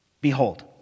behold